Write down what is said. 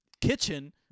kitchen